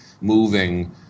moving